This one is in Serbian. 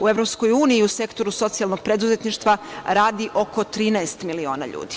U EU u Sektoru socijalnog preduzetništva radi oko 13 miliona ljudi.